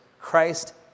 Christ